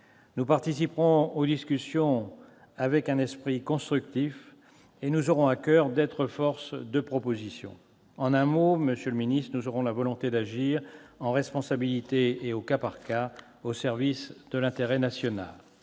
Nous participerons aux discussions avec un esprit constructif et nous aurons à coeur d'être force de proposition. En un mot, monsieur le secrétaire d'État, nous aurons la volonté d'agir, en responsabilité et au cas par cas, au service de l'intérêt national.